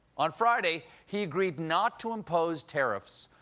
on friday, he agreed not to impose tariffs,